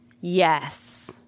Yes